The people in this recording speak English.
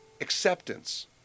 acceptance